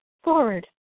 forward